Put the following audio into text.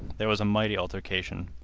there was a mighty altercation.